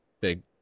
big